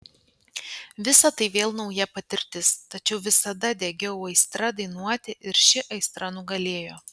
visa tai vėl nauja patirtis tačiau visada degiau aistra dainuoti ir ši aistra nugalėjo